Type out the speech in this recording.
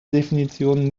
definition